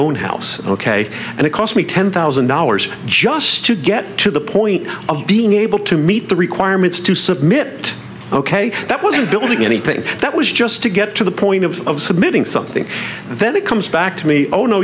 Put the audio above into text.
own house ok and it cost me ten thousand dollars just to get to the point of being able to meet the requirements to submit ok that wasn't building anything that was just to get to the point of submitting something and then it comes back to me oh no